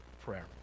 prayer